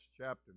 chapter